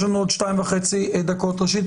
ראשית,